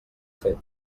fet